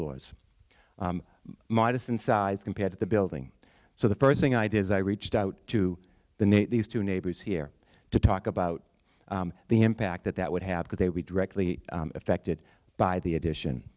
floors modest in size compared to the building so the first thing i did is i reached out to the new these two neighbors here to talk about the impact that that would have because they were directly affected by the addition